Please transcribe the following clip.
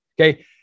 Okay